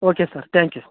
okay sir thank you